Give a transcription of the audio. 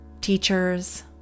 teachers